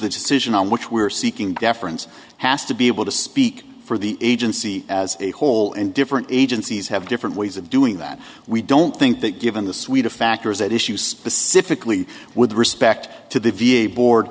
the decision on which we're seeking deference has to be able to speak for the agency as a whole and different agencies have different ways of doing that we don't think that given the suite of factors at issue specifically with respect to the v a board